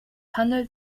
handelt